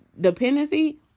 dependency